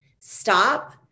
Stop